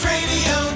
Radio